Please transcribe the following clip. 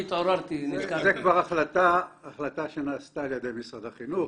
זו כבר החלטה שנעשתה על ידי משרד החינוך,